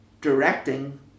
directing